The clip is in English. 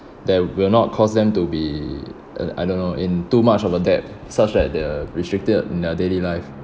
that will not cause them to be uh I don't know in too much of a debt such that they're restricted in their daily life